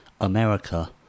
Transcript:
America